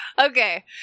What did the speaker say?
Okay